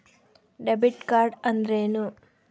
Debit card ಅಂದ್ರೇನು?